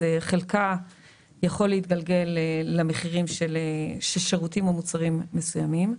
חלקה יכול להתגלגל למחירים של שירותים ומוצרים מסוימים.